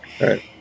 Right